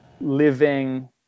living